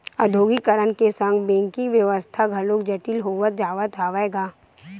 औद्योगीकरन के संग बेंकिग बेवस्था घलोक जटिल होवत जावत हवय गा